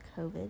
COVID